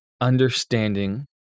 understanding